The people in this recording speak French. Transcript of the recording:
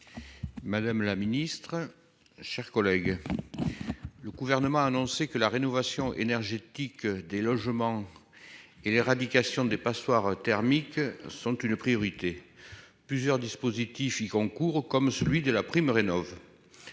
Madame la Ministre, chers collègues. Le gouvernement a annoncé que la rénovation énergétique des logements. Et l'éradication des passoires thermiques sont une priorité. Plusieurs dispositifs qui concourent comme celui de la prime rénovent.